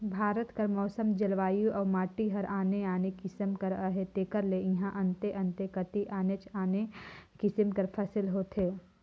भारत कर मउसम, जलवायु अउ माटी हर आने आने किसिम कर अहे तेकर ले इहां अन्ते अन्ते कती आनेच आने किसिम कर फसिल होथे